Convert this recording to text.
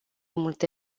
multe